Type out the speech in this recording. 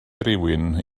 rywun